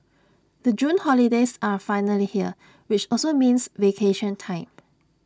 the June holidays are finally here which also means vacation time